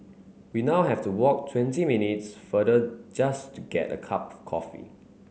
we now have to walk twenty minutes farther just to get a cup coffee